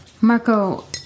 Marco